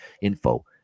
info